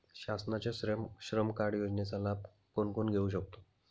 शासनाच्या श्रम कार्ड योजनेचा लाभ कोण कोण घेऊ शकतो?